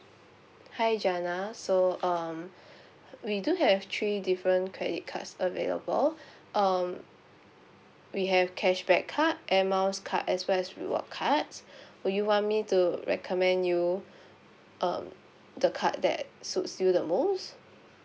hi janna so um we do have three different credit cards available um we have cashback card air miles card as well as reward cards will you want me to recommend you um the card that suits you the most